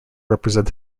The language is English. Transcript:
represent